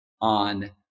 On